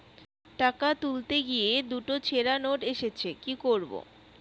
টাকা তুলতে গিয়ে দুটো ছেড়া নোট এসেছে কি করবো?